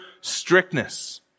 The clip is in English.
strictness